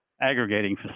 aggregating